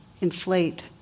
inflate